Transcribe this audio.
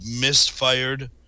misfired